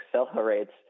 accelerates